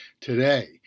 today